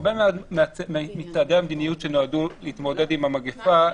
הרבה מצעדי המדיניות שנועדו להתמודד עם המגיפה,